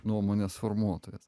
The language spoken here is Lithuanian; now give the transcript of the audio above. nuomonės formuotojas